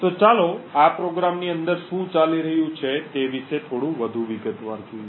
તો ચાલો આ પ્રોગ્રામની અંદર શું ચાલી રહ્યું છે તે વિશે થોડું વધુ વિગતવાર જોઈએ